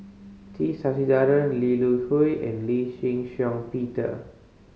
T Sasitharan Lee Hui and Lee Shin Shiong Peter